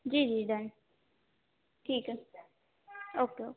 जी जी डन ठीक है ओके ओके